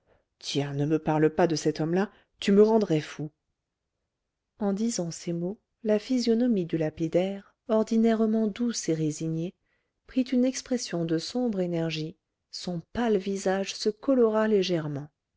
tiens ne me parle pas de cet homme-là tu me rendrais fou en disant ces mots la physionomie du lapidaire ordinairement douce et résignée prit une expression de sombre énergie son pâle visage se colora légèrement